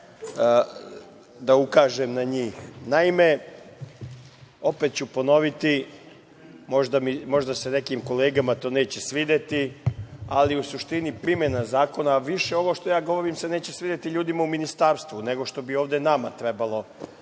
da ukažem. Naime, opet ću ponoviti možda se nekim kolegama to neće svideti, ali u suštini primena zakon više ovo što ja govorim se neće svideti ljudima u Ministarstvu nego što bi ovde nama trebalo